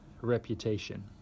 reputation